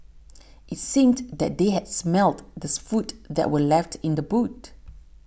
it seemed that they had smelt the food that were left in the boot